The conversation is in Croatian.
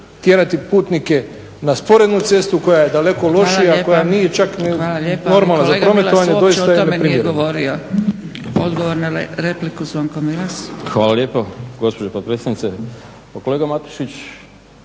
tjerati putnike na sporednu cestu koja je daleko lošija, koja nije čak ni normalna za prometovanje